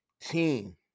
team